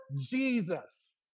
Jesus